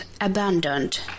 abandoned